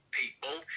people